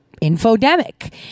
infodemic